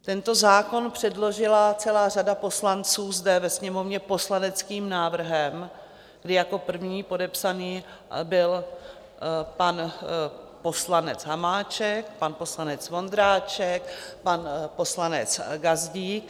Tento zákon předložila celá řada poslanců zde ve Sněmovně poslaneckým návrhem, kdy jako první podepsaný byl pan poslanec Hamáček, pan poslanec Vondráček, pan poslanec Gazdík.